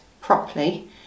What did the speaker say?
properly